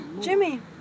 Jimmy